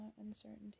uncertainty